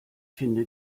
finde